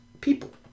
people